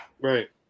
right